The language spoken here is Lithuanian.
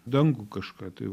dangų kažką tai